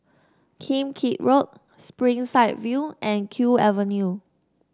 Kim Keat Road Springside View and Kew Avenue